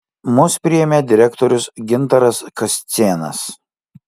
mus priėmė direktorius gintaras kascėnas